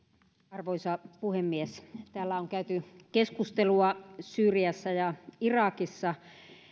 arvoisa puhemies täällä on käyty keskustelua syyriassa ja irakissa